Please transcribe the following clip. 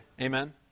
Amen